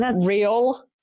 real